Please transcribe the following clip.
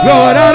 Lord